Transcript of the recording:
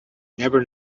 never